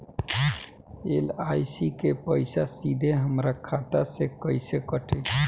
LIC के पईसा सीधे हमरा खाता से कइसे कटी?